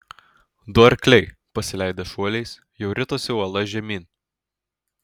du arkliai pasileidę šuoliais jau ritosi uola žemyn